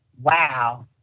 Wow